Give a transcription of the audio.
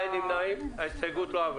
בסדר.